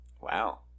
Wow